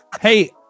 Hey